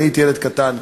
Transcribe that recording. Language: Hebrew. אני הייתי ילד קטן.